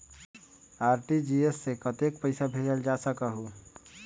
RTGS से कतेक पैसा भेजल जा सकहु???